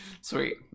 sweet